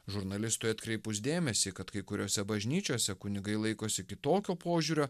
žurnalistui atkreipus dėmesį kad kai kuriose bažnyčiose kunigai laikosi kitokio požiūrio